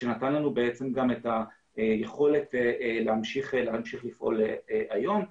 מה שנתן לנו את היכולת להמשיך לפעול היום.